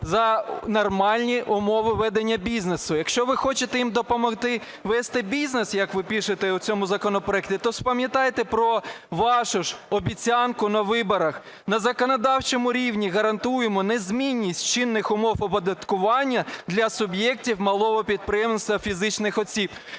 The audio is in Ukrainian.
за нормальні умови ведення бізнесу? Якщо ви хочете їм допомогти вести бізнес, як ви пишете у цьому законопроекті, то пам'ятайте про вашу ж обіцянку на виборах. На законодавчому рівні гарантуємо незмінність чинних умов оподаткування для суб'єктів малого підприємництва фізичних осіб.